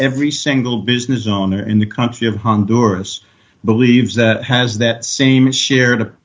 every single business owner in the country of honduras believes that has that same shared